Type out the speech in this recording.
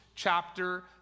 chapter